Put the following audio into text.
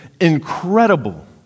incredible